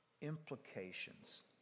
implications